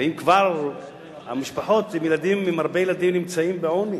אם כבר המשפחות עם הרבה ילדים נמצאות בעוני,